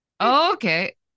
okay